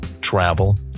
travel